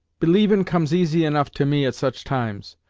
believin' comes easy enough to me at such times,